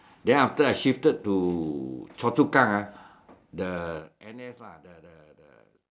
then after that I shifted to Choa-Chu-Kang ah the N_S lah the the